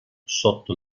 sotto